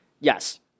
yes